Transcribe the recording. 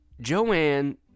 Joanne